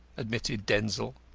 admitted denzil.